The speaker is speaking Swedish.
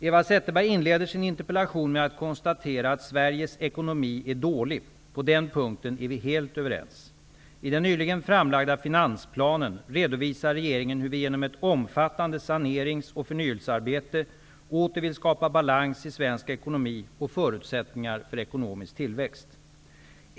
Eva Zetterberg inleder sin interpellation med att konstatera att Sveriges ekonomi är dålig. På den punkten är vi helt överens. I den nyligen framlagda finansplanen redovisar regeringen hur vi genom ett omfattande sanerings och förnyelsearbete åter vill skapa balans i svensk ekonomi och förutsättningar för ekonomisk tillväxt.